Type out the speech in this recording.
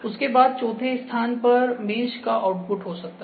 उसके बाद चौथे स्थान पर मेश का आउटपुट हो सकता है